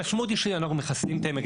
המשמעות היא שאנחנו מחסלים את העמק.